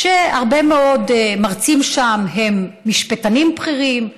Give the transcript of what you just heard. והרבה מאוד מרצים שם הם משפטנים בכירים,